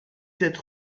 sept